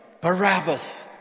Barabbas